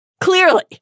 clearly